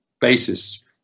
basis